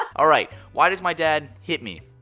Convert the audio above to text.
alright. why does my dad hit me?